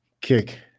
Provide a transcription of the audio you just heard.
kick